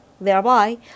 Thereby